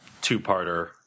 two-parter